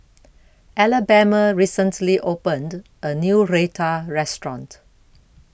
Alabama recently opened A New Raita Restaurant